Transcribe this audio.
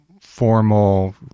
formal